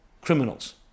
Criminals